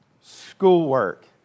schoolwork